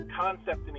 concept